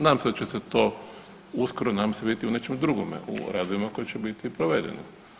Nadam se da će se to uskoro nadam se vidjeti u nečem drugome u gradovima koji će biti provedeni.